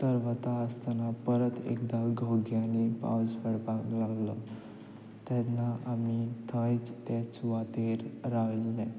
तर वता आसतना परत एकदां घोग्यांनी पावस पडपाक लागलो तेन्ना आमी थंयच तेच सुवातेर राविल्ले